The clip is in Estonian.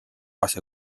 aasia